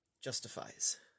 justifies